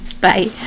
Bye